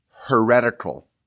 heretical